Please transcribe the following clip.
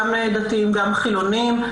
גם דתיים וגם חילוניים,